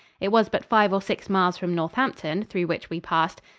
it was but five or six miles from northampton, through which we passed.